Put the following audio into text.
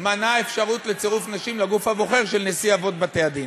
מנעה אפשרות לצירוף נשים לגוף הבוחר של נשיא אבות בתי-הדין?